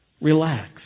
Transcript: relax